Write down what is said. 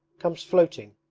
comes floating,